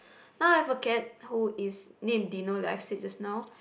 now I have a cat who is named Dino like I said just now